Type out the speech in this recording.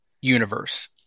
universe